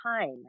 time